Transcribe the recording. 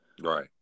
Right